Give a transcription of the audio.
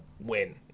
win